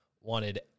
wanted